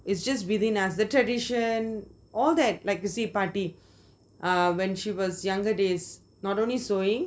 it's just really nice the traditions all that like you see பாட்டி:paati when she was younger days not only sewing